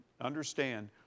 understand